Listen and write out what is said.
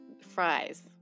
fries